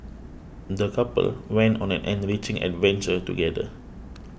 the couple went on an enriching adventure together